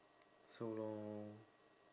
so lor